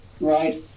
right